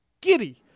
giddy